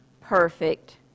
perfect